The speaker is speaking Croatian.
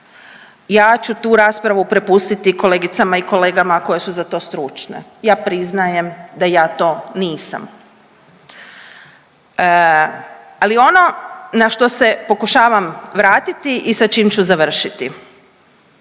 ja ću tu raspravu prepustiti kolegicama i kolegama koje su za to stručne, ja priznajem da ja to nisam. Ali ono na što se pokušavam vratiti i sa čim ću završiti,